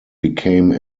became